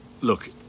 look